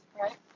Right